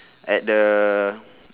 at the